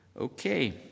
Okay